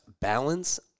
balance